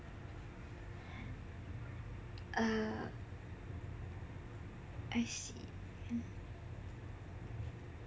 uh I see